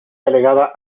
delegada